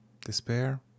Despair